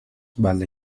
vale